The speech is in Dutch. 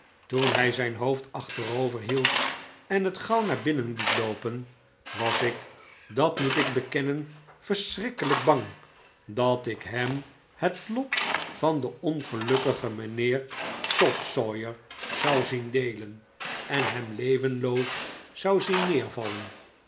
toen hij zijn hoofd achterover hield en het gauw naar binnen liet loopen was ik dat moet ik bekennen verschrikkelijk bang dat ik hem het lot van den ongelukkigen mijnheer topsawyer zou zien deelen en hem levenloos zou zien neervallen